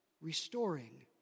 restoring